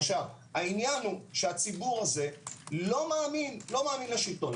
הציבור הזה לא מאמין לשלטון,